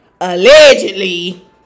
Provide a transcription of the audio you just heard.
allegedly